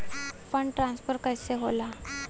Fund transfer कैसे होला?